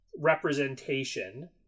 representation